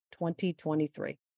2023